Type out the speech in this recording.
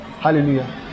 Hallelujah